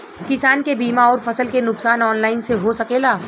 किसान के बीमा अउर फसल के नुकसान ऑनलाइन से हो सकेला?